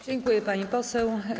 Dziękuję, pani poseł.